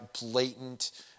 blatant